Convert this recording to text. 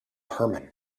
herman